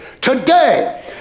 today